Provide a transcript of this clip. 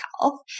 health